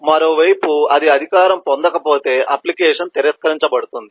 మరోవైపు అది అధికారం పొందకపోతే అప్లికేషన్ తిరస్కరించబడుతుంది